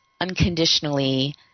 unconditionally